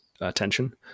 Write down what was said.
attention